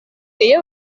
iyo